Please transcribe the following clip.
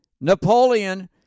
Napoleon